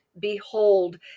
behold